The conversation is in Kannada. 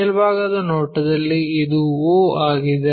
ಮೇಲ್ಭಾಗದ ನೋಟದಲ್ಲಿ ಇದು o ಆಗಿದೆ